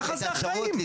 ככה זה החיים.